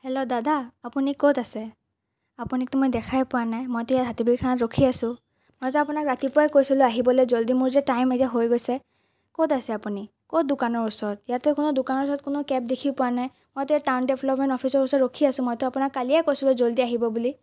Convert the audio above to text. hello দাদা আপুনি ক'ত আছে আপোনাকতো মই দেখাই পোৱা নাই মইতো হাতীবাৰী থানাত ৰখি আছোঁ মইতো আপোনাক ৰাতিপুৱাই কৈছিলোঁ আহিবলৈ জল্ডি মোৰ যে টাইম এতিয়া হৈ গৈছে ক'ত আছে আপুনি ক'ত দোকানৰ ওচৰত ইয়াততো কোনো দোকানৰ ওচৰত কোনো কেব দেখি পোৱা নাই মইতো টাউন ডেভেলপমেণ্ট অফিচৰ ওচৰত ৰখি আছোঁ মইতো আপোনাক কালিয়ে কৈছিলোঁ জল্ডি আহিব বুলি